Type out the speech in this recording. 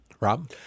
Rob